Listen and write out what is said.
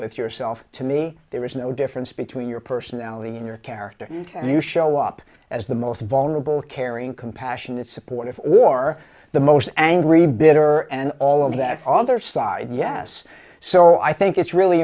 with yourself to me there is no difference between your personality and your character can you show up as the most vulnerable caring compassionate supportive or the most angry bitter and all of that on their side yes so i think it's really